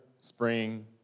spring